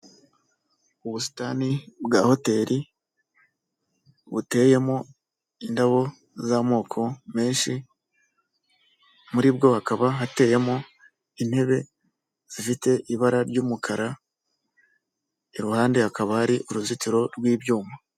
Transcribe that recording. Ubusitani bwa hoteri buteyemo indabo z'amoko menshi muri bwo hakaba hateyemo intebe zifite ibara ry'umukara, iruhande hakaba hari uruzitiro rw'ibyuma.